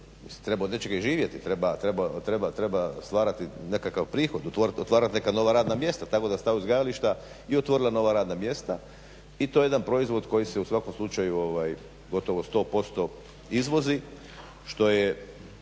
treba od nečega i živjeti, treba stvarati nekakav prihod, otvarat neka nova radna mjesta tako da su ta uzgajališta i otvorila nova radna mjesta i to je jedan proizvod koji se u svakom slučaju gotovo 100% izvozi, što je